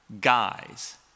guys